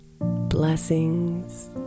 Blessings